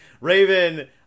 Raven